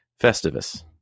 Festivus